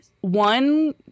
One